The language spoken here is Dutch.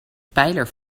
pijler